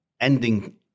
ending